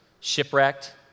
shipwrecked